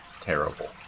terrible